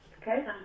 Okay